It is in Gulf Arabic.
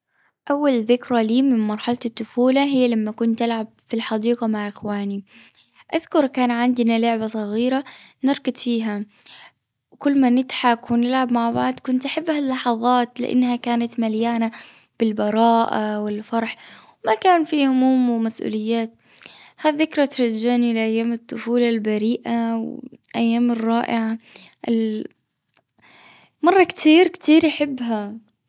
أول ذكرى له من مرحلة الطفولة هي لما كنت العب في الحديقة مع اخواني. أذكر كان عندنا لعبة صغيرة نركض فيها. وكل ما نضحك ونلعب مع بعض كنت أحب هاللحظات لأنها كانت مليانة بالبراءة والفرح. ما كان في هموم ومسؤوليات هالذكري ترجعني لأيام الطفولة البريئة والأيام الرائعة مرة كتير-كتير أحبها.